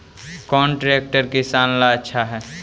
कौन ट्रैक्टर किसान ला आछा है?